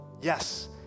Yes